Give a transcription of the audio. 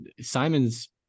Simons